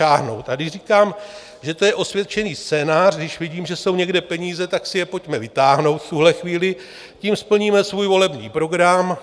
A když říkám, že to je osvědčený scénář, když vidím, že jsou někde peníze, tak si je pojďme vytáhnout v tuhle chvíli, tím splníme svůj volební program.